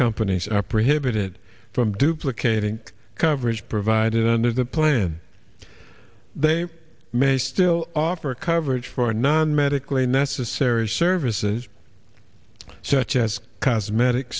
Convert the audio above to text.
companies are prohibited from duplicating coverage provided under the plan they may still offer coverage for non medically necessary services such as cosmetic